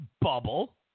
bubble